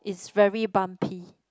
it's very bumpy